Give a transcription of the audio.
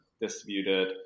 distributed